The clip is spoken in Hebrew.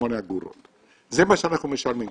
זה מה שאנחנו משלמים.